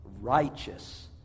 righteous